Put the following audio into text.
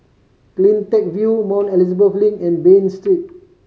Cleantech View Mount Elizabeth Link and Bain Street